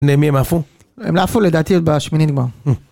מי הם עפו? הם עפו לדעתי בשמינית גמר